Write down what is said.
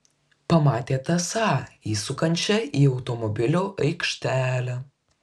pamatė tesą įsukančią į automobilių aikštelę